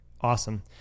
awesome